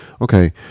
okay